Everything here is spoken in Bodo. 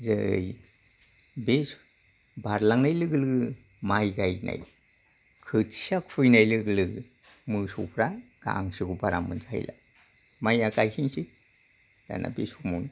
जै बे बारलांनाय लोगो लोगो माइ गायनाय खोथिया खुइनाय लोगो लोगो मोसौफ्रा गांसोखौ बारा मोनजाहैला माइया गायनोसै दाना बे समावनो